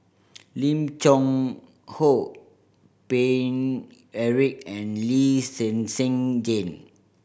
Lim Cheng Hoe Paine Eric and Lee Zhen Zhen Jane